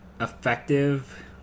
effective